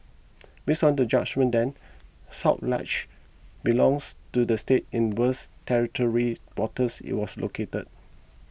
based on the judgement then South Ledge belongs to the state in whose territorial waters it was located